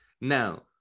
Now